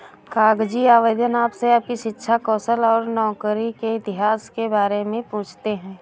कागजी आवेदन आपसे आपकी शिक्षा, कौशल और नौकरी के इतिहास के बारे में पूछते है